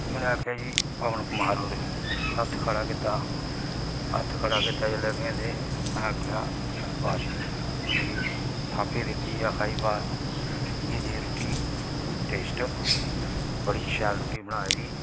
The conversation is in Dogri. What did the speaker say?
फ्ही उनें आखे़आ कि पबन कुमार होरें में हत्थ खड़ा कीता हत्थ खड़ा कीता जेल्लै में ते उनें आखेआ शाबाश उनें मिगी थापी दित्ती ते आखेआ इयै जेही रुट्टी टेस्ट बड़ी शैल बनाई दी